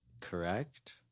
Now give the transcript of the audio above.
correct